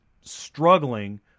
struggling